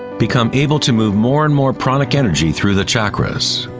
become able to move more and more pranic energy through the chakras.